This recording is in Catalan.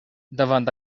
davant